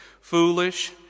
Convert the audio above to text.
foolish